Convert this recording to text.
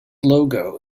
logo